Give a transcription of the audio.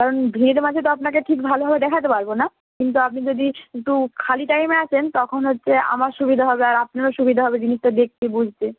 কারণ ভিড়ের মাঝে তো আপনাকে ঠিক ভালোভাবে দেখাতে পারব না কিন্তু আপনি যদি একটু খালি টাইমে আসেন তখন হচ্ছে আমার সুবিধা হবে আর আপনারও সুবিধা হবে জিনিসটা দেখতে বুঝতে